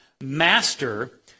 master